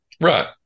Right